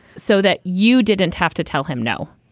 so that you didn't have to tell him no.